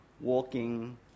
walking